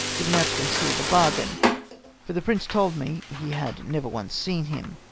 given out to conceal the bar gain for the prince told me he had never once seen him.